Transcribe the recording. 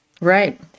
Right